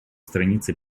страница